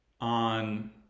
on